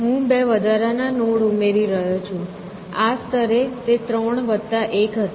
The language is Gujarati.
હું બે વધારાના નોડ ઉમેરી રહ્યો છું આ સ્તરે તે 3 1 હતા